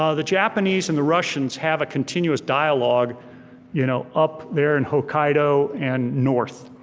ah the japanese and the russians have a continuous dialogue you know up there in hokkaido and north.